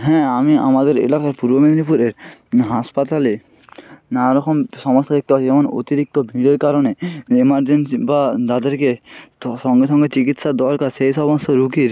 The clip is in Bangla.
হ্যাঁ আমি আমাদের এলাকা পূর্ব মেদিনীপুরে হাসপাতালে নানা রকম সমস্যা দেখতে পাচ্ছি যেমন অতিরিক্ত ভিড়ের কারণে এমার্জেন্সি বা যাদেরকে তো সঙ্গে সঙ্গে চিকিৎসার দরকার সেই সমস্ত রোগীর